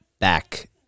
back